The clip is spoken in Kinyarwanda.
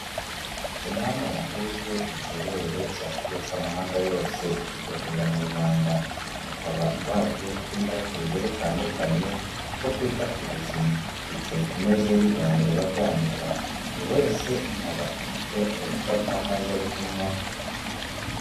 Inama yahuje inzobere zaturutse amahanga yose zigahurira mu Rwanda, bakaba baje kwiga ku buryo butandukanye bwo kwita ku buzima, bicaye ku meza y'ibiganiro baganira, buri wese akaba afite agacupa k'amazi ari kunywaho.